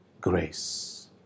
grace